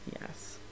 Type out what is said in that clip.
yes